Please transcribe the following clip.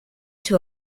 two